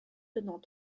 tenant